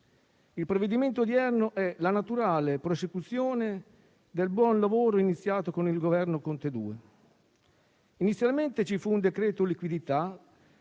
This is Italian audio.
il provvedimento odierno è la naturale prosecuzione del buon lavoro iniziato con il Governo Conte II. Inizialmente ci fu un decreto liquidità